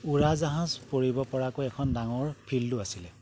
উৰাজাহাজ পৰিবপৰাকৈ এখন ডাঙৰ ফিল্ডো আছিলে